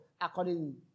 according